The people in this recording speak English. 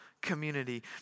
community